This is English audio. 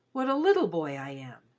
what a little boy am!